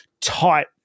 tight